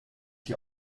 die